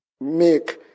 make